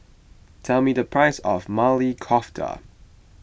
tell me the price of Maili Kofta